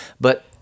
but-